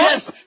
Yes